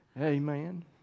Amen